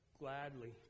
gladly